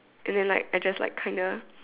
and then like I just like kind the